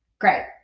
great